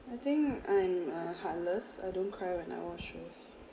I think I'm uh heartless I don't cry when I watch shows